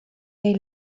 neu